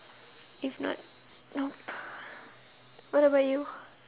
if not nope what about you